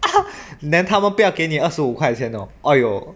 then 他们不要给你二十五块钱 oh !aiyo!